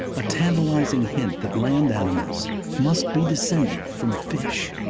a tantalizing hint that land animals must be descended from fish.